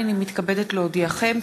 הנני מתכבדת להודיעכם,